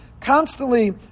constantly